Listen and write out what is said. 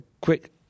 quick